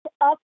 up